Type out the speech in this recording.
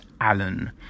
Allen